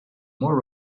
more